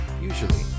Usually